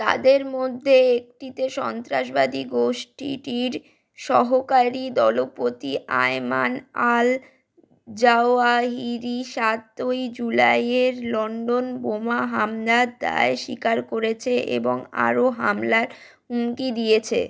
তাদের মধ্যে একটিতে সন্ত্রাসবাদী গোষ্ঠীটির সহকারী দলপতি আয়মান আল জাওয়াহিরি সাতই জুলাইয়ের লন্ডন বোমা হামনার দায় স্বীকার করেছে এবং আরও হামলার হুমকি দিয়েছে